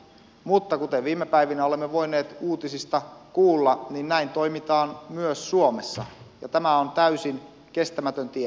mutta kuten viime päivinä olemme voineet uutisista kuulla niin näin toimitaan myös suomessa ja tämä on täysin kestämätön tie